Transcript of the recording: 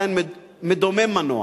עדיין מדומם מנוע.